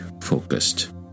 focused